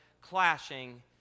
clashing